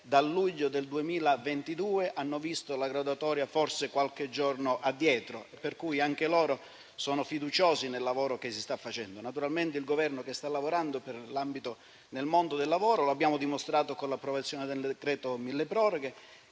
dal luglio 2022, hanno visto la graduatoria forse qualche giorno addietro; anche loro sono fiduciosi del lavoro che si sta facendo. Naturalmente, il Governo sta lavorando nell'ambito nel mondo del lavoro; l'abbiamo dimostrato con l'approvazione del decreto milleproroghe,